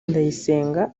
ndayisenga